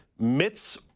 mitts